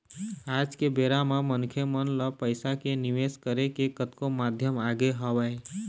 आज के बेरा म मनखे मन ल पइसा के निवेश करे के कतको माध्यम आगे हवय